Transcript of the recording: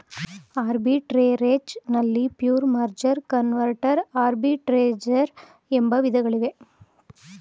arbitrage ನಲ್ಲಿ pure, merger, converter arbitrage ಎಂಬ ವಿಧಗಳಿವೆ